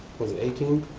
was it eighteen?